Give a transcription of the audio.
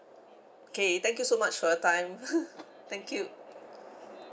okay thank you so much for your time thank you